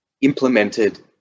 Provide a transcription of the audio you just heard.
implemented